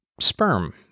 sperm